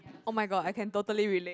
oh my god I can totally relate